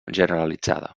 generalitzada